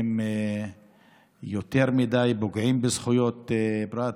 הן יותר מדי פוגעות בזכויות פרט,